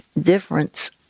difference